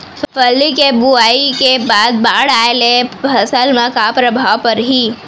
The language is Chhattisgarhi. फल्ली के बोआई के बाद बाढ़ आये ले फसल मा का प्रभाव पड़ही?